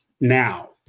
now